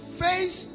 face